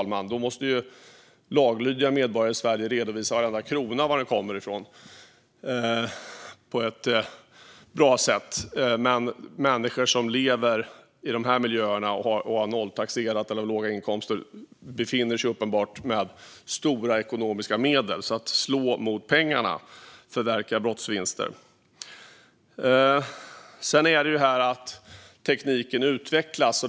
Då måste laglydiga medborgare i Sverige redovisa var varenda krona kommer ifrån, men människor som lever i kriminella miljöer och nolltaxerar eller deklarerar låga inkomster har uppenbarligen ändå stora ekonomiska medel. Vi måste slå mot pengarna och förverka brottsvinster. Tekniken utvecklas.